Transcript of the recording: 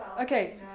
okay